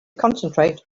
concentrate